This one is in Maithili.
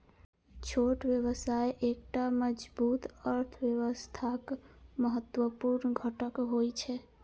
छोट व्यवसाय एकटा मजबूत अर्थव्यवस्थाक महत्वपूर्ण घटक होइ छै